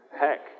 Heck